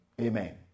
Amen